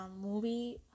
movie